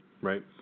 Right